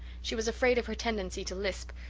she was afraid of her tendency to lisp,